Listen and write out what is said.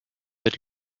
mit